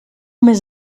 mes